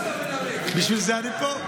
בשביל זה אני פה.